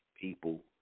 people